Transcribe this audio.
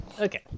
Okay